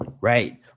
right